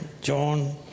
John